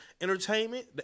entertainment